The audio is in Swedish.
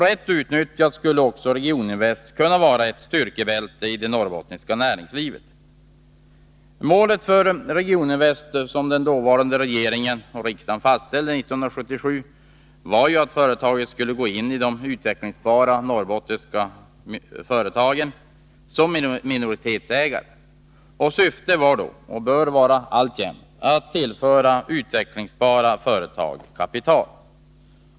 Rätt utnyttjat skulle också Regioninvest kunna vara ett styrkebälte i fråga om det norrbottniska näringslivet. Målet för Regioninvest, som den dåvarande regeringen och riksdagen fastställde 1977, var att företaget skulle gå in i de utvecklingsbara norrbottniska företagen som minoritetsägare. Syftet var då, och bör alltjämt vara, att tillföra utvecklingsbara företag kapital.